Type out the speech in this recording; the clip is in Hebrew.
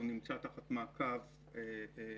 הוא נמצא תחת מעקב רציף,